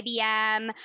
IBM